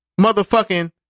motherfucking